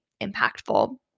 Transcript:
impactful